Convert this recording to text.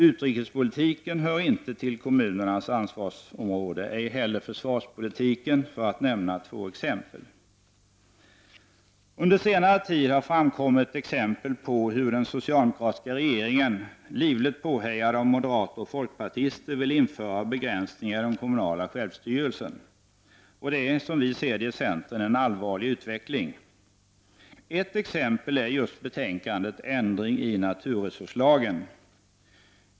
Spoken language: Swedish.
Utrikespolitiken hör inte till kommunernas ansvarsområde, ej heller försvarspolitiken, för att nämna två exempel. Under senare tid har det framkommit exempel på hur den socialdemokratiska regeringen, livligt påhejad av moderater och folkpartister, vill införa begränsningar i den kommunala självstyrelsen. Det är, som vi ser det i centern, en allvarlig utveckling. Ett exempel är betänkandet Ändring i naturresurslagen.